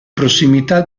prossimità